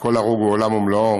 וכל הרוג הוא עולם ומלואו,